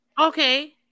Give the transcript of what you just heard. Okay